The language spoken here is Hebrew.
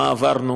מה עברנו